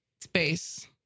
space